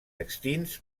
extints